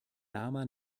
lama